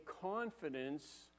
confidence